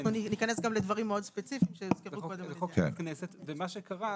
מה שקרה,